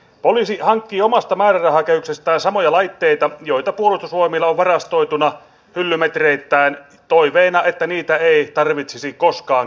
poliisi hankkii omasta määrärahakehyksestään samoja laitteita joita puolustusvoimilla on varastoituna hyllymetreittäin toiveena että niitä ei tarvitsisi koskaan käyttää